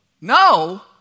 No